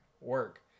work